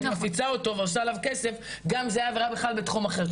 מפיצה אותו ועושה עליו כסף גם זה עבירה בתחום אחר.